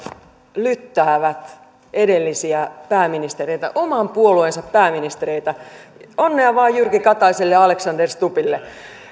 lyttäävät edellisiä pääministereitä oman puolueensa pääministereitä onnea vain jyrki kataiselle ja alexander stubbille